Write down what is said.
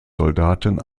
soldaten